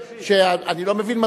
אני לא מבין,